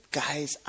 guys